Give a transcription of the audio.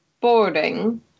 boarding